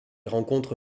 rencontre